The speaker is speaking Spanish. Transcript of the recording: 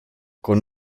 con